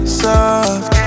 soft